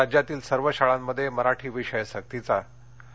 राज्यातील सर्व शाळांमध्ये मराठी विषय सक्तीचा आणि